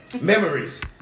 Memories